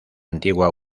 antigua